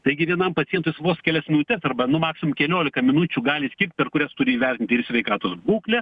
taigi vienam pacientui jis vos kelias minutes arba nu maksimum keliolika minučių gali skirt per kurias turi įvertinti ir sveikatos būklę